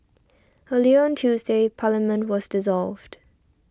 earlier on Tuesday Parliament was dissolved